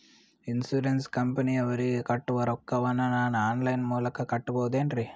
Insurance ಕಂಪನಿಯವರಿಗೆ ಕಟ್ಟುವ ರೊಕ್ಕ ವನ್ನು ನಾನು ಆನ್ ಲೈನ್ ಮೂಲಕ ಕಟ್ಟಬಹುದೇನ್ರಿ?